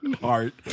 heart